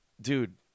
dude